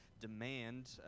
demand